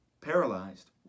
paralyzed